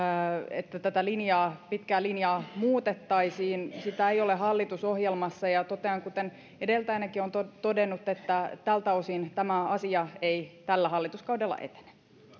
että tätä pitkää linjaa muutettaisiin sitä ei ole hallitusohjelmassa ja totean kuten edeltäjänikin on todennut että tältä osin tämä asia ei tällä hallituskaudella etene edustaja